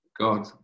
god